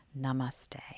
namaste